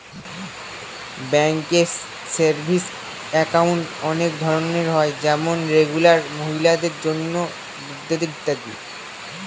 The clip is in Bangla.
ব্যাঙ্কে সেভিংস একাউন্ট অনেক ধরনের হয় যেমন রেগুলার, মহিলাদের জন্য, বৃদ্ধদের ইত্যাদি